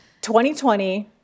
2020